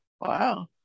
Wow